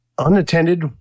unattended